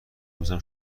روزم